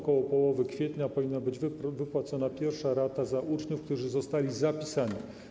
Ok. połowy kwietnia powinna być wypłacona pierwsza rata za uczniów, którzy zostali zapisani.